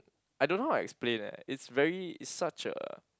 I don't know how to explain leh it's very it's such a